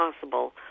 possible